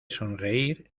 sonreír